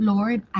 Lord